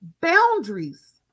boundaries